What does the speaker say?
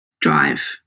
drive